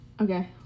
Okay